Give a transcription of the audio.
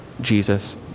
Jesus